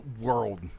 world